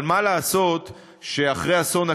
אבל מה לעשות שאחרי אסון הכרמל,